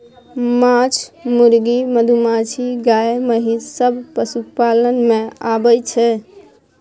माछ, मुर्गी, मधुमाछी, गाय, महिष सब पशुपालन मे आबय छै